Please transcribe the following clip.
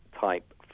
type